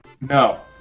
No